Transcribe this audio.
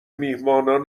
میهمانان